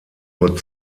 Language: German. nur